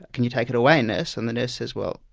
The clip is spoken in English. can you take it away, nurse? and the nurse says well,